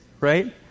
right